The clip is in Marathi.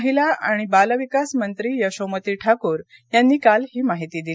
महिला आणि बाल विकास मंत्री यशोमती ठाकूर यांनी काल ही माहिती दिली